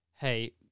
hey